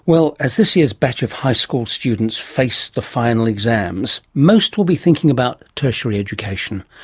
well, as this year's batch of high school students face the final exams, most will be thinking about tertiary education.